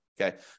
Okay